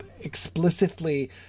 explicitly